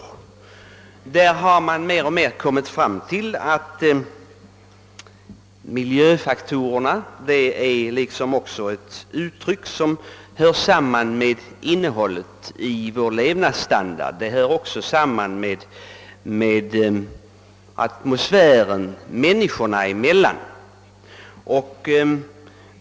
I detta utskott har man mer och mer kommit fram till att miljöfaktorerna är någonting som hör samman med innehållet i vår levnadsstandard och atmosfären människorna emellan.